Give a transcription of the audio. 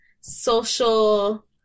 social